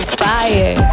fire